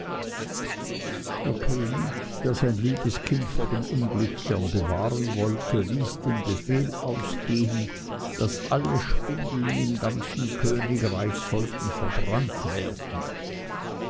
der könig der sein liebes kind vor dem unglück gern bewahren wollte ließ den befehl ausgehen daß alle spindeln im ganzen königreiche sollten verbrannt werden